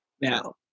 Now